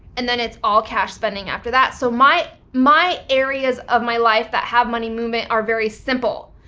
and then it's all cash spending after that. so my my areas of my life that have money movement are very simple,